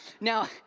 Now